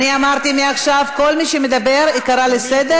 אמרתי: מעכשיו כל מי שמדבר ייקרא לסדר,